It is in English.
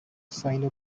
sino